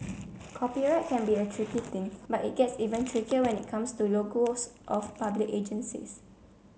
copyright can be a tricky thing but it gets even trickier when it comes to logos of public agencies